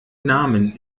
namen